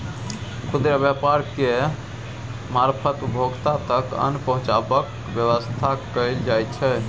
खुदरा व्यापार केर मारफत उपभोक्ता तक अन्न पहुंचेबाक बेबस्था कएल जाइ छै